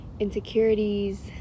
insecurities